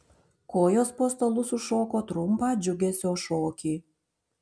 kojos po stalu sušoko trumpą džiugesio šokį